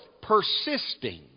persisting